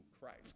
Christ